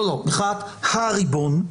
מחאת הריבון.